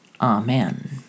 Amen